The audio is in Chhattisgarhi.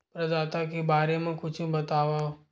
प्रदाता के बारे मा कुछु बतावव?